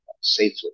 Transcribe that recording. safely